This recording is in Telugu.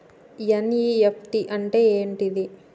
ఎన్.ఇ.ఎఫ్.టి అంటే ఏంటిది?